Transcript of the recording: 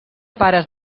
pares